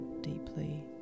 deeply